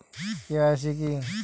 KYC কি?